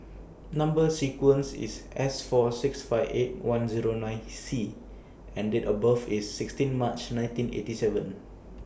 Number sequence IS S four six five eight one Zero nine C and Date of birth IS sixteen March nineteen eighty seven